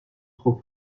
trop